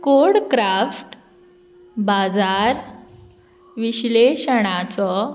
code craft बाजार विश्लेशणाचो